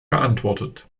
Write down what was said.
geantwortet